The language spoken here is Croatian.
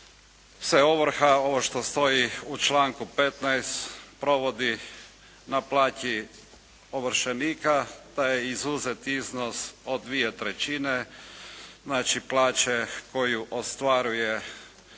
se ovrha, ovo što stoji u članku 15., provodi na plaći ovršenika, da je izuzet iznos od 2/3 plaće koju ostvaruje korisnik